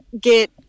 get